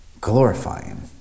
glorifying